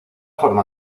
forma